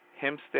Hempstead